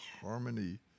harmony